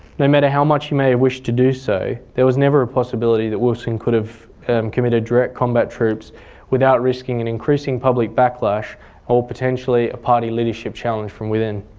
no matter how much he may have wished to do so, there was never a possibility that wilson could have committed direct combat troops without risking an increasing public backlash or potentially a party leadership challenge from within.